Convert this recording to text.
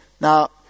Now